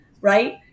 right